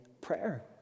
prayer